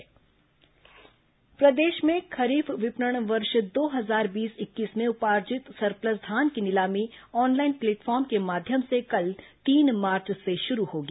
धान ई नीलामी प्रदेश में खरीफ विपणन वर्ष दो हजार बीस इक्कीस में उपार्जित सरप्लस धान की नीलामी ऑनलाइन प्लेटफॉर्म के माध्यम से कल तीन मार्च से शुरू होगी